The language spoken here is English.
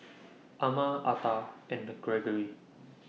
Ama Arta and Greggory